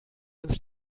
ins